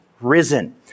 risen